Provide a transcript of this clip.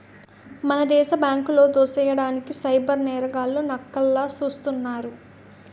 మన దేశ బ్యాంకులో దోసెయ్యడానికి సైబర్ నేరగాళ్లు నక్కల్లా సూస్తున్నారు